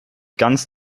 ganz